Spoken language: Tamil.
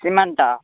சிமெண்ட்டா